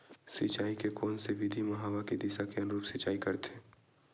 सिंचाई के कोन से विधि म हवा के दिशा के अनुरूप सिंचाई करथे?